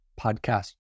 podcast